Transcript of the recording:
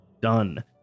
done